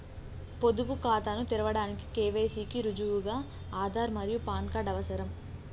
పొదుపు ఖాతాను తెరవడానికి కే.వై.సి కి రుజువుగా ఆధార్ మరియు పాన్ కార్డ్ అవసరం